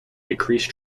decrease